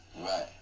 Right